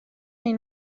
این